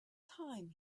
time